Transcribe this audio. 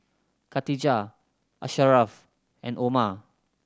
Katijah Asharaff and Omar